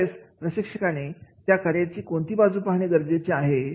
त्यावेळेस प्रशिक्षकाने त्या कार्याची कोणती विशिष्ट बाजू पाहणे गरजेचे आहे